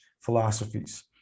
philosophies